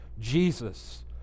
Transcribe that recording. Jesus